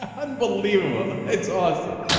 and believer it's awesome